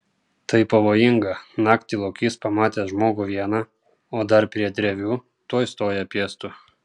tai pavojinga naktį lokys pamatęs žmogų vieną o dar prie drevių tuoj stoja piestu